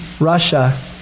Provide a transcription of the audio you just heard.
Russia